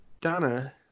Donna